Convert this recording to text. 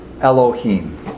Elohim